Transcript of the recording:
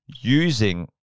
using